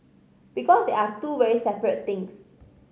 because they are two very separate things